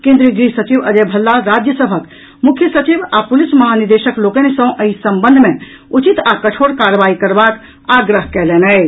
केन्द्रीय गृह सचिव अजय भल्ला राज्य सबहक मुख्य सचिव आ पुलिस महानिदेशक लोकनि सँ एहि संबंध मे उचित आ कठोर कार्रवाई करबाक आग्रह कयलनि अछि